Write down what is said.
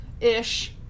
ish